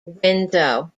window